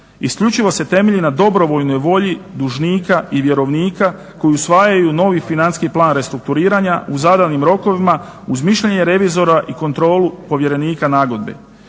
Isključivo se temelji na dobrovoljnoj volji dužnika i vjerovnika koji usvajaju novi Financijski plan restrukturiranja u zadanim rokovima uz mišljenje revizora i kontrolu povjerenika nagodbe.